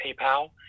PayPal